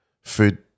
food